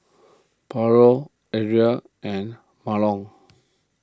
Pablo Ariel and Mahlon